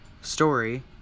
story